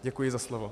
Děkuji za slovo.